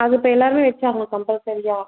அது இப்போ எல்லாருமே வச்சாகணும் கம்பல்சரியாக